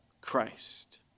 Christ